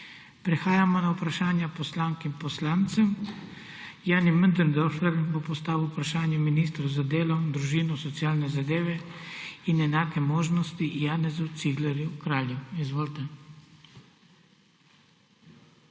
Prehajamo na Vprašanja poslank in poslancev. Jani Möderndorfer bo postavil vprašanje ministru za delo, družino, socialne zadeve in enake možnosti Janezu Ciglerju Kralju. Izvolite.